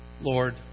Lord